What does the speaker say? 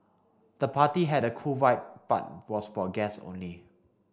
the party had a cool vibe but was for guests only